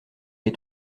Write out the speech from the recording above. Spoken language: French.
les